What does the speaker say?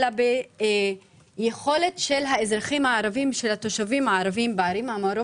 אלא ביכולת של התושבים הערבים בערים האלו